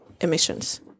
emissions